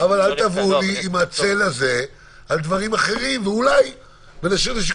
ואולי דברים אחרים ממה שאמר חברי איל,